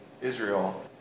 israel